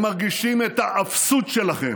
הם מרגישים את האפסות שלכם.